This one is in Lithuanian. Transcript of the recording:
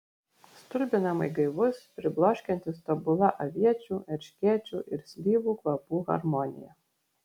stulbinamai gaivus pribloškiantis tobula aviečių erškėčių ir slyvų kvapų harmonija